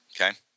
Okay